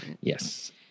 Yes